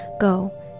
Go